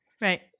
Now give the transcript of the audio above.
Right